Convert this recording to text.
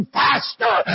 faster